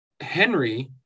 Henry